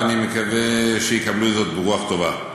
ואני מקווה שיקבלו את זאת ברוח טובה.